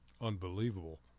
unbelievable